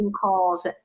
calls